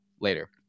later